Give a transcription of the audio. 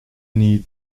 need